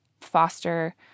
foster